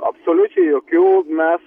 absoliučiai jokių mes